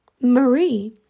Marie